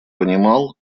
понимал